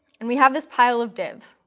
and we have this pile of divs.